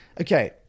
okay